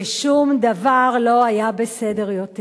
ושום דבר לא היה בסדר יותר,